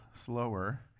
slower